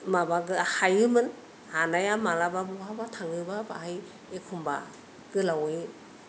माबा हायोमोन हानाया मालाबा बहाबा थाङोब्ला बहाय एखमबा गोलावै